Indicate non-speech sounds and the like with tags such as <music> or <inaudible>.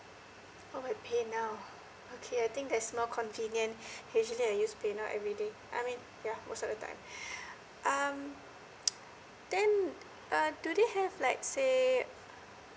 oh by pay now okay I think that's more convenient <breath> usually I use pay now everyday I mean yeah most of the time <breath> um then uh do they have let's say